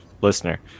listener